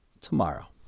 tomorrow